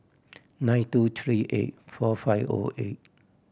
nine two three eight four five O eight